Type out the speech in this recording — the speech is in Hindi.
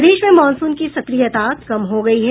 प्रदेश में मॉनसून की सक्रियता कम हो गयी है